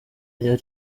ari